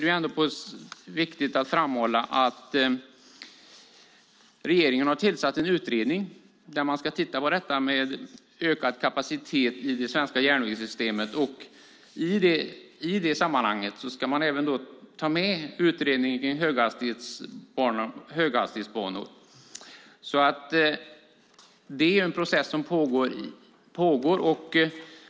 Då är det viktigt att framhålla att regeringen har tillsatt en utredning där man ska titta på frågan om ökad kapacitet i det svenska järnvägssystemet. I detta sammanhang ska man även ta med utredningen om höghastighetsbanor. Det är en process som pågår.